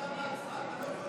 תמה ההצבעה אתה לא יכול,